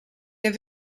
der